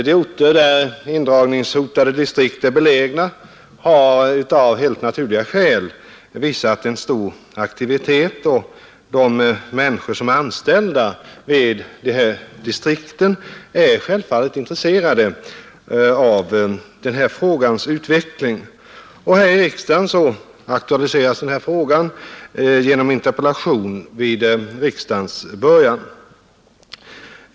De orter där indragningshotade distrikt är belägna har av naturliga skäl visat stor aktivitet, och de människor som är anställda vid dessa distrikt är självfallet intresserade av frågans utveckling. Här i riksdagen aktualiserades frågan genom en interpellation vid riksdagens början.